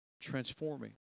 transforming